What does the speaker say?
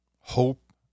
hope